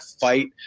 fight